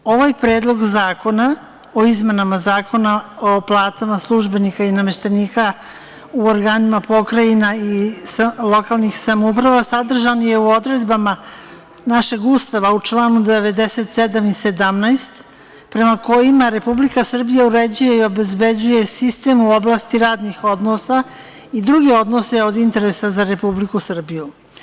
Ovaj Predlog zakona o izmenama Zakona o platama službenika i nameštenika u organima pokrajina i lokalnih samouprava sadržan je u odredbama našeg Ustava, u čl. 97. i 17, prema kojima Republika Srbija uređuje i obezbeđuje sistem u oblasti radnih odnosa i druge odnose od interesa za Republiku Srbiju.